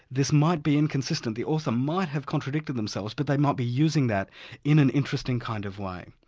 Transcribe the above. this might be inconsistent, the author might have contradicted themselves, but they might be using that in an interesting kind of way.